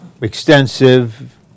extensive